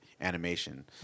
Animation